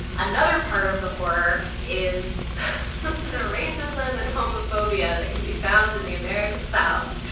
another part of the horror is the racism and homophobia that can be found in the american south.